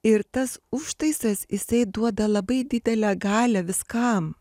ir tas užtaisas jisai duoda labai didelę galią viskam